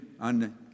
on